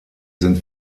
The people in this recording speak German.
sind